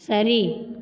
சரி